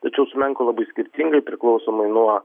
tačiau sumenko labai skirtingai priklausomai nuo